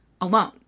alone